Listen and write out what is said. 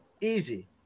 easy